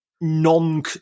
non